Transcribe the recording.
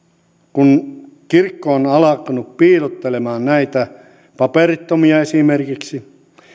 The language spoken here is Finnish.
kun kirkko on alkanut piilottelemaan näitä paperittomia esimerkiksi